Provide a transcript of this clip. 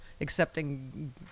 accepting